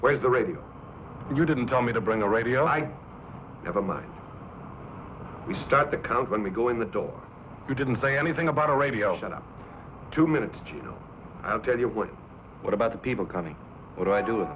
where is the radio you didn't tell me to bring a radio i have a much we start the count when we go in the door you didn't say anything about a radio show two minutes you know i'll tell you what what about the people counting what i do